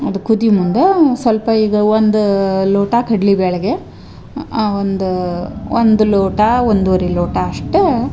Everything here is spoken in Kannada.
ಅದು ಕುದಿ ಮುಂದಾ ಸ್ವಲ್ಪ ಈಗ ಒಂದು ಲೋಟ ಕಡಲಿ ಬ್ಯಾಳೆಗೆ ಒಂದು ಒಂದು ಲೋಟ ಒಂದೂವರೆ ಲೋಟ ಅಷ್ಟಾ